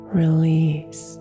release